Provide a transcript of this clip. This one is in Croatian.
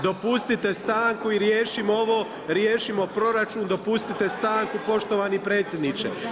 Dopustite stanku i riješimo ovo, riješimo proračun, dopustite stanku, poštovani predsjedniče.